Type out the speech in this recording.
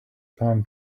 palm